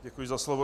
Děkuji za slovo.